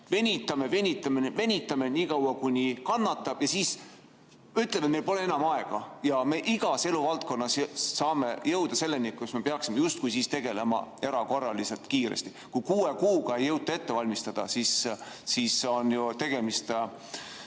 venitame, venitame, venitame nii kaua kuni kannatab, siis ütleme, et meil pole enam aega. Ja me saame igas eluvaldkonnas jõuda selleni, kus me peaksime justkui tegelema erakorraliselt kiiresti. Kui kuue kuuga ei jõuta ette valmistada, siis on ju tegemist